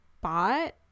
bought